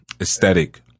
aesthetic